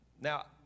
Now